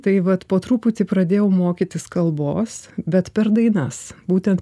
tai vat po truputį pradėjau mokytis kalbos bet per dainas būtent